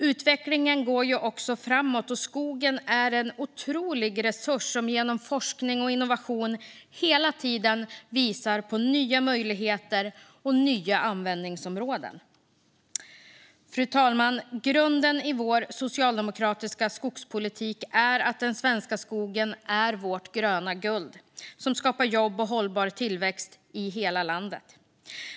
Utvecklingen går dessutom framåt, och skogen är en otrolig resurs som genom forskning och innovation hela tiden visar på nya möjligheter och användningsområden. Fru talman! Grunden i den socialdemokratiska skogspolitiken är att den svenska skogen är vårt gröna guld som skapar jobb och hållbar tillväxt i hela landet.